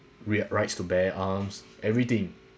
re~ rights to bear arms everything